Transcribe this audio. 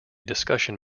discussion